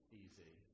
easy